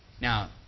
Now